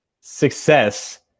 success